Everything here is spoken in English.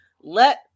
Let